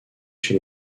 chez